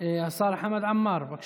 השר חמד עמאר, בבקשה.